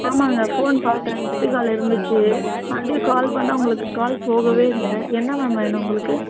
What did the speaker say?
ஆமாங்க ஃபோன் பார்த்தேன் missed call இருந்துச்சு மறுபடியும் கால் பண்ணால் உங்களுக்கு கால் போகவே இல்லை என்ன மேம் வேணும் உங்களுக்கு